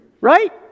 Right